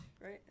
right